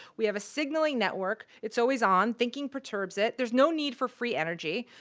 we have a signalling network, it's always on, thinking perturbs it, there's no need for free energy.